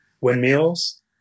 windmills